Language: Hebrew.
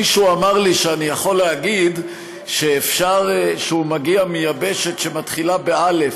מישהו אמר לי שאני יכול להגיד שאפשר שהוא מגיע מיבשת שמתחילה באל"ף,